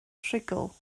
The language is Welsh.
rhugl